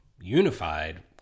unified